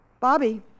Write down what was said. Bobby